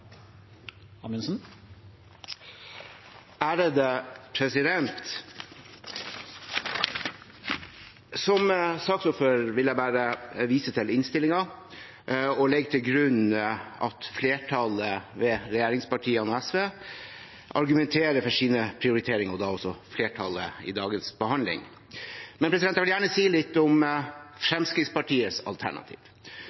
Som saksordfører vil jeg bare vise til innstillingen og legge til grunn at flertallet, ved regjeringspartiene og SV, vil argumentere for sine og dermed flertallets prioriteringer i dagens behandling. Jeg vil gjerne si litt om